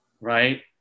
right